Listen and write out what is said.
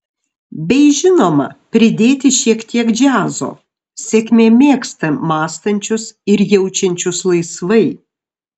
bei žinoma pridėti šiek tiek džiazo sėkmė mėgsta mąstančius ir jaučiančius laisvai